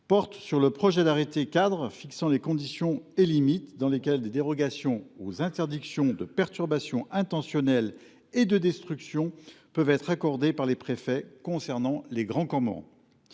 porte sur le projet d’arrêté cadre fixant les conditions et limites dans lesquelles des dérogations aux interdictions de perturbation intentionnelle et de destruction peuvent être accordées par les préfets concernant les grands cormorans.